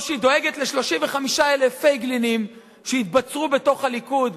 או שהיא דואגת ל-35,000 פייגלינים שהתבצרו בתוך הליכוד,